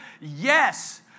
Yes